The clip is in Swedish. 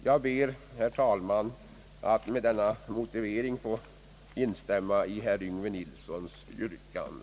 Jag ber, herr talman, att med denna motivering få instämma i herr Yngve Nilssons yrkande,